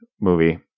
movie